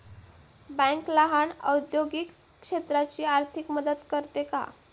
Bank लहान औद्योगिक क्षेत्राची आर्थिक मदत करते का?